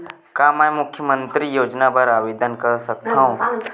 का मैं मुख्यमंतरी योजना बर आवेदन कर सकथव?